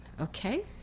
Okay